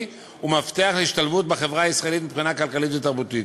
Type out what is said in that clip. ומפתח להשתלבות בחברה הישראלית מבחינה כלכלית ותרבותית.